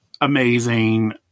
amazing